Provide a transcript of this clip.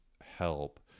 help